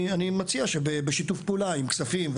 אני מציע שנמשיך את הפעולה שהתחלת בשיתוף פעולה עם כספים,